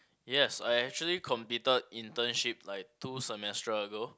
yes I actually completed internship like two semestral ago